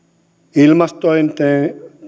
ilmastointeineen